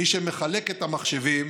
מי שמחלק את המחשבים